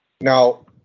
Now